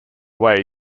way